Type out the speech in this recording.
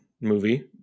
movie